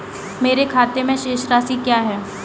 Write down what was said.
मेरे खाते की शेष राशि क्या है?